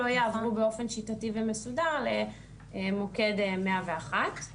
לא יעברו באופן שיטתי ומסודר למוקד 101,